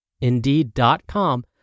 Indeed.com